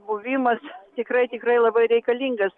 buvimas tikrai tikrai labai reikalingas